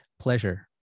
pleasure